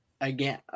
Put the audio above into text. again